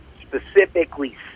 specifically